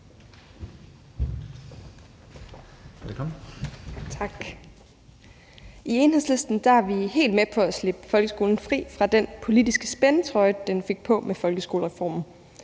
I Enhedslisten er vi helt med på at slippe folkeskolen fri fra den politiske spændetrøje, den fik på med folkeskolereformen.